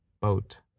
boat